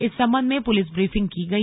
इस संबंध में पुलिस ब्रीफिंग की गई